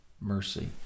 mercy